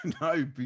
no